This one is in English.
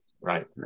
Right